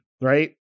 right